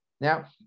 Now